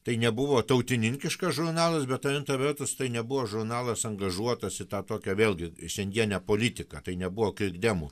tai nebuvo tautininkiškas žurnalas bet antra vertus tai nebuvo žurnalas angažuotas į tą tokią vėlgi šiandienę politiką tai nebuvo krikdemų